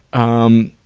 um,